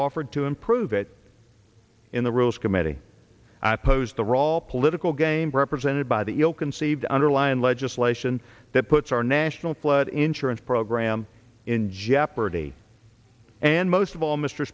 offered to improve it in the rules committee i opposed the raw political games represented by the ill conceived underlying legislation that puts our national flood insurance program in jeopardy and most of all mr